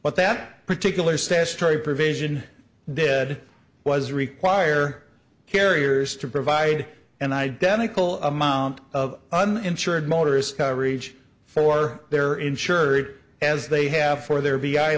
what that particular statutory provision did was require carriers to provide an identical amount of uninsured motorist coverage for their insured as they have for their vi